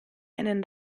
einen